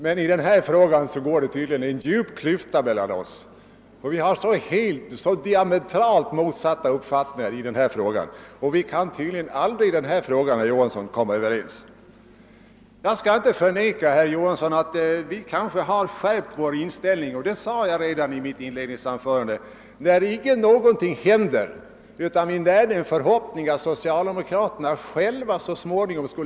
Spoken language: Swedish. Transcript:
Men i denna fråga går det tydligen en djup klyfta mellan oss; vi har så diametralt motsatta uppfattningar, att vi troligen aldrig kan komma överens. Jag skall inte förneka att vi på moderat håll skärpt vår inställning i den här saken — det framhöll jag redan i mitt inledningsanförande. Vi närde ett tag en förhoppning att socialdemokraterna själva skulle klara upp den.